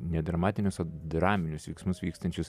ne dramatinius o draminius veiksmus vykstančius